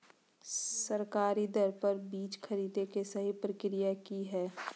सरकारी दर पर बीज खरीदें के सही प्रक्रिया की हय?